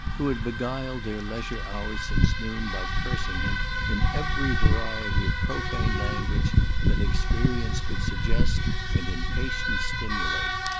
who had beguiled their leisure hours since noon by cursing him in every variety of profane language that experience could suggest and impatience stimulate.